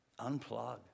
Unplug